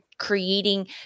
creating